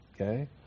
Okay